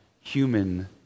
human